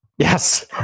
Yes